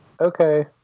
Okay